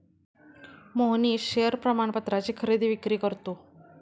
Mohnish share प्रमाणपत्राची खरेदी विक्री करतो